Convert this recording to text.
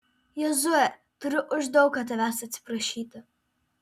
jozue turiu už daug ką tavęs atsiprašyti